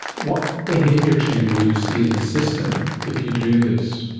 what behaviour change will you see in the system if you do this?